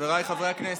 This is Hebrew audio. חבריי חברי הכנסת,